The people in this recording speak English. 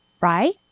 right